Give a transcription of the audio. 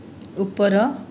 ଉପର